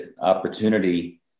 opportunity